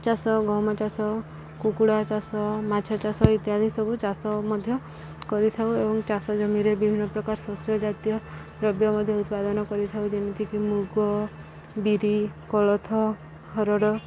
ଚାଷ ଗହମ ଚାଷ କୁକୁଡ଼ା ଚାଷ ମାଛ ଚାଷ ଇତ୍ୟାଦି ସବୁ ଚାଷ ମଧ୍ୟ କରିଥାଉ ଏବଂ ଚାଷ ଜମିରେ ବିଭିନ୍ନ ପ୍ରକାର ଶସ୍ୟ ଜାତୀୟ ଦ୍ରବ୍ୟ ମଧ୍ୟ ଉତ୍ପାଦନ କରିଥାଉ ଯେମିତିକି ମୁଗ ବିରି କୋଳଥ ହରଡ଼